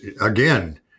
again